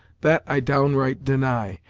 that i downright deny,